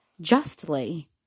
justly